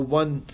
one